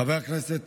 חבר הכנסת